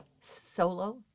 solo